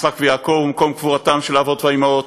יצחק ויעקב ומקום קבורתם של האבות והאימהות,